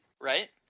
right